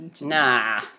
Nah